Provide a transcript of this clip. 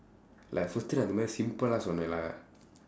like அந்த மாதிரி:andtha maathiri simplela சொன்னேன்:sonneen lah